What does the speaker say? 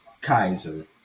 Kaiser